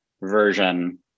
version